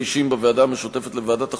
אישים בוועדה המשותפת לוועדת החוקה,